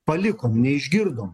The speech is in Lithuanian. palikom neišgirdom